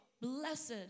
Blessed